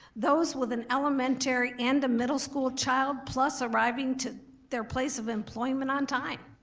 those with an elementary and a middle school child plus arriving to their place of employment on time.